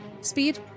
speed